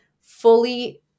fully